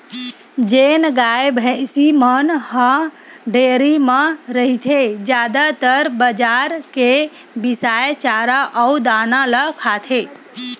जेन गाय, भइसी मन ह डेयरी म रहिथे जादातर बजार के बिसाए चारा अउ दाना ल खाथे